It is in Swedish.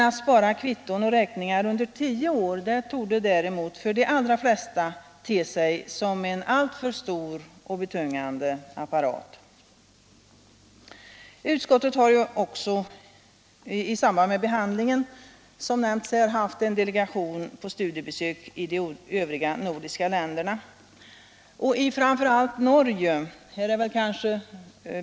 Att spara kvitton och räkningar under tio år torde däremot för de allra flesta te sig som en alltför stor och betungande apparat. Utskottet har, som också nämnts under debatten, i samband med behandlingen av detta ärende haft en delegation på studiebesök i de övriga nordiska länderna.